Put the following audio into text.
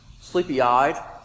sleepy-eyed